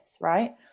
right